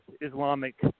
Islamic